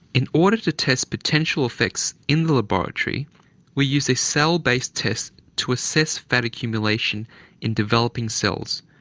in order to test potential effects in the laboratory we used a cell-based test to assess fat accumulation in developing cells,